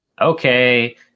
Okay